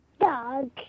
dog